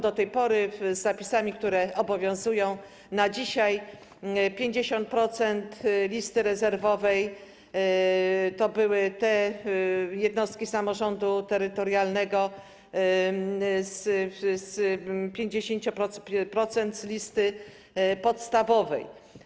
Do tej pory, zgodnie z zapisami, które obowiązują dzisiaj, 50% listy rezerwowej to były te jednostki samorządu terytorialnego... 50% z listy podstawowej.